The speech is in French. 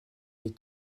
des